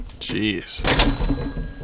Jeez